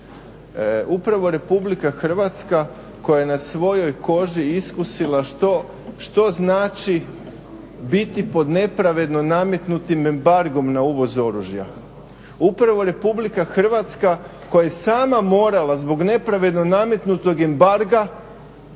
Upravo RH koja na svojoj koži iskusila što znači biti pod nepravedno nametnutim embargom na uvoz oružja. Upravo RH koja je sama morala zbog nepravedno nametnog embarga